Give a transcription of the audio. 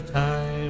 time